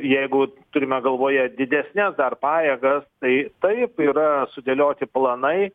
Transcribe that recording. jeigu turime galvoje didesnes pajėgas tai taip yra sudėlioti planai